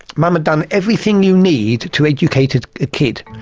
mum had done everything you need to educate a kid.